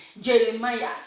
Jeremiah